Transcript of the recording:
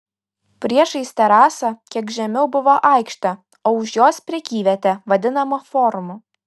priešais terasą kiek žemiau buvo aikštė o už jos prekyvietė vadinama forumu